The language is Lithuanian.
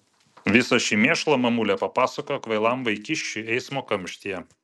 visą šį mėšlą mamulė papasakojo kvailam vaikiščiui eismo kamštyje